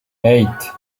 eight